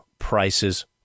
prices